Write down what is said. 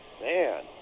man